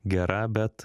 gera bet